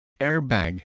airbag